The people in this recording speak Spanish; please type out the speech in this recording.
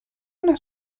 una